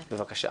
בבקשה.